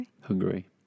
Hungary